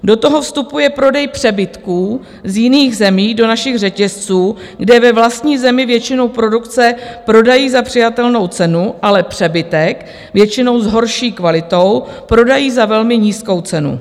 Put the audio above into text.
Do toho vstupuje prodej přebytků z jiných zemí do našich řetězců, kde ve vlastní zemi většinu produkce prodají za přijatelnou cenu, ale přebytek, většinou s horší kvalitou, prodají za velmi nízkou cenu.